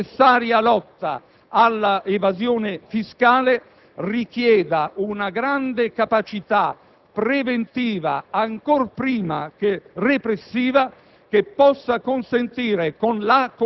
Pensiamo infatti che la necessaria lotta all'evasione fiscale richieda una grande capacità preventiva, ancor prima che repressiva,